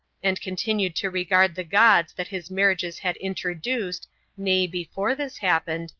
and continued to regard the gods that his marriages had introduced nay, before this happened,